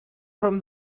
from